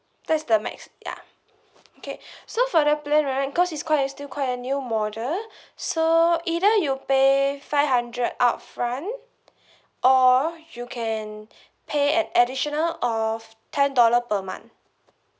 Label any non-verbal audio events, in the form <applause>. that's the max ya okay <breath> so for the plan right cause is quite is still quite a new model <breath> so either you pay five hundred upfront <breath> or you can pay an additional of ten dollar per month